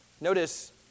Notice